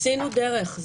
עשינו דרך,